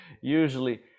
usually